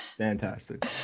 Fantastic